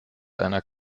einer